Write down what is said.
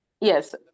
Yes